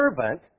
servant